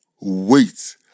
Wait